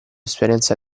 esperienza